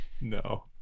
No